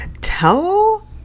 tell